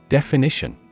Definition